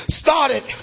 started